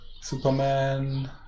superman